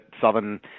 southern